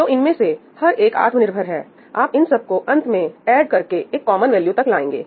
तो इनमें से हर एक आत्मनिर्भर है आप इन सब को अंत में ऐड करके एक कॉमन वैल्यू तक लाएंगे